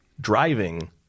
driving